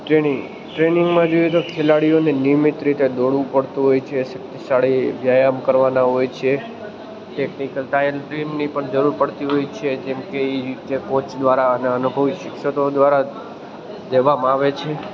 training ટ્રેનિંગમાં જોઈએ તો ખેલાડીઓને નિયમિત રીતે દોડવું પડતું હોય છે શક્તિશાળી વ્યાયામ કરવાના હોય છે ટેકનિકલ ટ્રાયલ ટીમની પણ જરૂર પડતી હોય છે જેમકે એ જે કોચ દ્વારા અને અનુભવી શિક્ષકો દ્વારા દેવામાં આવે છે